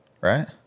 right